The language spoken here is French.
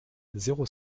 zéro